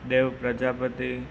Dev Prajapati